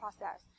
process